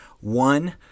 One